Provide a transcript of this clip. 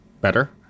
better